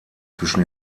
zwischen